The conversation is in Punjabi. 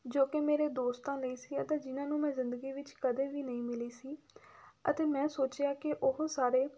ਜੋ ਕਿ ਮੇਰੇ ਦੋਸਤਾਂ ਲਈ ਸੀ ਅਤੇ ਜਿਨ੍ਹਾਂ ਨੂੰ ਮੈਂ ਜ਼ਿੰਦਗੀ ਵਿੱਚ ਕਦੇ ਵੀ ਨਹੀਂ ਮਿਲੀ ਸੀ ਅਤੇ ਮੈਂ ਸੋਚਿਆ ਕਿ ਉਹ ਸਾਰੇ